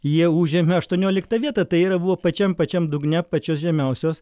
jie užėmė aštuonioliktą vietą tai yra buvo pačiam pačiam dugne pačios žemiausios